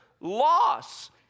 loss